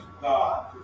God